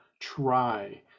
try